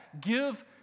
give